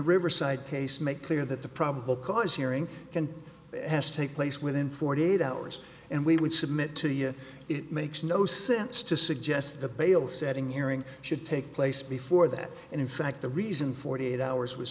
riverside case make clear that the probable cause hearing can has to take place within forty eight hours and we would submit to you it makes no sense to suggest the bail setting hearing should take place before that and in fact the reason forty eight hours was